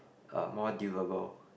uh more durable